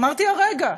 אמרתי הרגע,